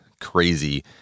crazy